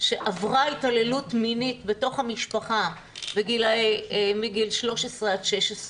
שעברה התעללות מינית בתוך המשפחה מגילאי 13 עד 16,